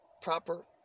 proper